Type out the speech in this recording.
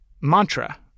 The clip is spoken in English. mantra